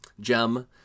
gem